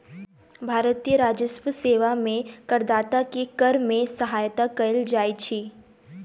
भारतीय राजस्व सेवा में करदाता के कर में सहायता कयल जाइत अछि